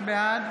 בעד